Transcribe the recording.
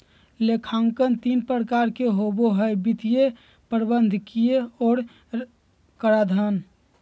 लेखांकन तीन प्रकार के होबो हइ वित्तीय, प्रबंधकीय और कराधान